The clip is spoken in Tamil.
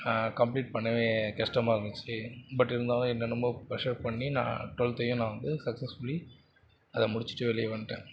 கம்ப்ளீட் பண்ணவே கஷ்டமாக இருந்துச்சு பட் இருந்தாலும் என்னென்னமோ ப்ரெஷர் பண்ணி நான் டுவெல்த்தையும் நான் வந்து சக்ஸஸ்ஃபுலி அதை முடித்துட்டு வெளியே வந்துட்டேன்